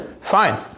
fine